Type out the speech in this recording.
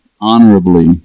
honorably